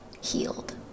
healed